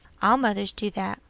all mothers do that.